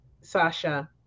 Sasha